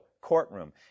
courtroom